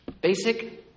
Basic